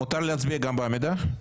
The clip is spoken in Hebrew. מותר להצביע גם בעמידה?